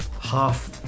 half